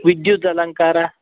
विद्युत् अलङ्कारः